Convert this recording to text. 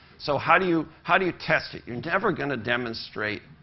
so how do you how do you test it? you're never going to demonstrate